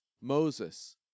Moses